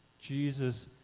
Jesus